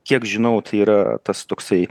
kiek žinau tai yra tas toksai